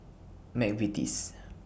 Mcvitie's